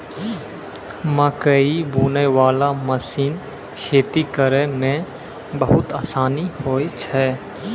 मकैइ बुनै बाला मशीन खेती करै मे बहुत आसानी होय छै